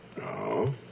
No